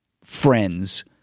friends